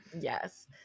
Yes